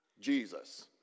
Jesus